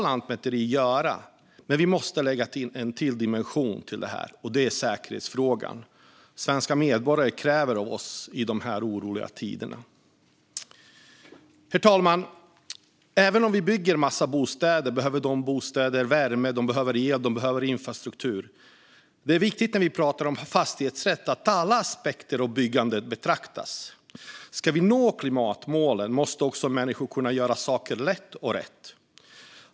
Lantmäteriet ska göra det, men vi måste lägga ännu en dimension till detta, nämligen säkerhetsfrågan. Svenska medborgare kräver det av oss i dessa oroliga tider. Herr talman! Om vi bygger en massa bostäder behöver dessa bostäder värme, el och infrastruktur. När vi pratar om fastighetsrätt är det viktigt att alla aspekter av byggandet beaktas. Ska vi nå klimatmålen måste människor kunna göra saker lätt och rätt.